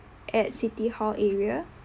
at city hall area